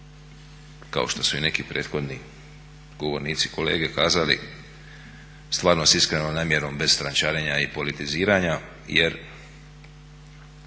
kao što su i neki prethodni govornici kolege kazali, stvarno sa iskrenom namjerom i bez trančarenja i politiziranja jer